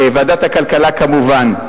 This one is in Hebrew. ועדת הכלכלה כמובן,